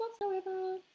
whatsoever